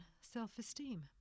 self-esteem